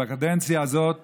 בקדנציה הזאת